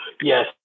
Yes